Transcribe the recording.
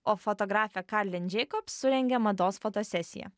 o fotografė kalen džeikobs surengė mados fotosesiją